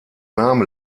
name